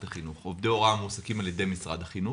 החינוך: עובדי הוראה המועסקים על ידי משרד החינוך,